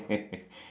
small thief